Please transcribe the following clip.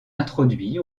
introduit